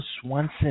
Swanson